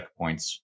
checkpoints